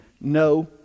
No